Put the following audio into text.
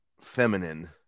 feminine